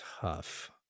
tough